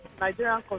Nigerian